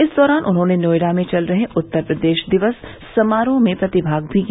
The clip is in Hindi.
इस दौरान उन्होंने नोएडा में चल रहे उत्तर प्रदेश दिवस समारोह में प्रतिभाग भी किया